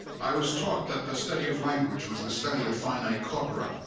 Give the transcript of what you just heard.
i was taught that the study of language was the study of finite corpora.